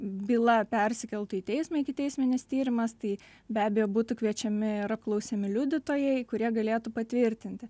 byla persikeltų į teismą ikiteisminis tyrimas tai be abejo būtų kviečiami ir apklausiami liudytojai kurie galėtų patvirtinti